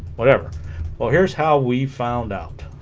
whatever well here's how we found out